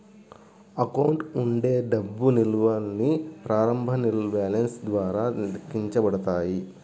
account ఉండే డబ్బు నిల్వల్ని ప్రారంభ బ్యాలెన్స్ ద్వారా లెక్కించబడతాయి